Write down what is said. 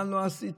מה לא עשיתם,